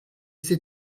c’est